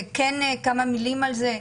בכל זאת אומר כמה מילים על זה: